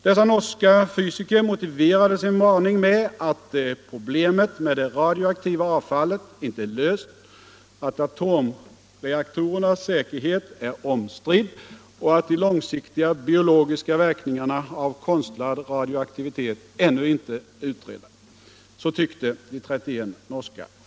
Dessa norska fysiker motiverade sin varning med att problemet med det radioaktiva avfallet inte är löst, att atomreaktorernas säkerhet är omstridd och att de långsiktiga biologiska verkningarna av konstlad radioaktivitet ännu inte är utredda.